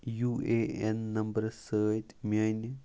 U A N نمبرٕ سۭتۍ میٛانہِ